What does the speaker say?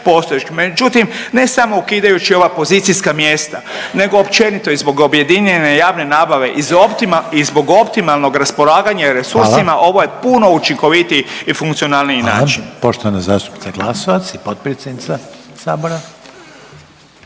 postojećeg, međutim, ne samo ukidajući ova pozicijska mjesta, nego općenito i zbog objedinjene javne nabave i zbog optimalnog raspolaganja .../Upadica: Hvala./... resursima, ovo je puno učinkovitiji i funkcionalniji način.